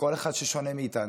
מכל אחד ששונה מאיתנו.